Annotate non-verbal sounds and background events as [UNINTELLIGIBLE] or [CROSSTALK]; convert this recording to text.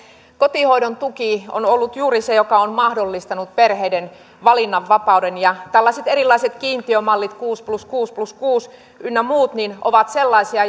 kotihoidon tuki on ollut juuri se joka on mahdollistanut perheiden valinnanvapauden ja tällaiset erilaiset kiintiömallit kuusi plus kuusi plus kuutena ynnä muut ovat sellaisia [UNINTELLIGIBLE]